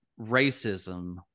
racism